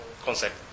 concept